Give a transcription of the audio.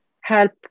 help